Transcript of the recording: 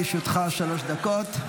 בבקשה, לרשותך שלוש דקות.